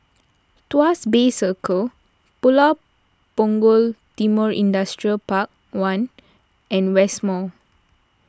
Tuas Bay Circle Pulau Punggol Timor Industrial Park one and West Mall